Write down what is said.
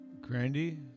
Grandy